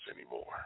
anymore